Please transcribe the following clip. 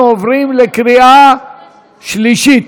אנחנו עוברים לקריאה שלישית.